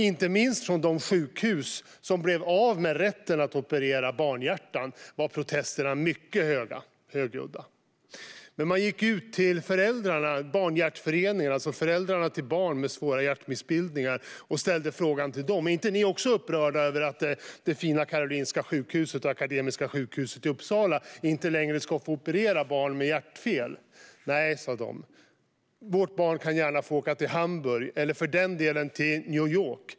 Inte minst från de sjukhus som blev av med rätten att operera barnhjärtan var protesterna mycket högljudda. Man gick ut till barnhjärtföreningarna, alltså föräldrar till barn med svåra hjärtmissbildningar, och ställde frågan: Är inte ni också upprörda över att de fina Karolinska sjukhuset och Akademiska sjukhuset i Uppsala inte längre ska få operera barn med hjärtfel? De svarade: Nej, vårt barn kan gärna få åka till Hamburg, eller för den delen till New York.